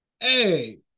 Hey